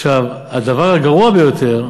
הדבר הגרוע ביותר,